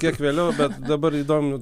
kiek vėliau bet dabar įdomu